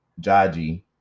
Jaji